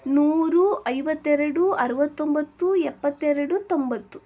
ನೂರು ಐವತ್ತೆರಡು ಅರುವತ್ತೊಂಬತ್ತು ಎಪ್ಪತ್ತೆರಡು ತೊಂಬತ್ತು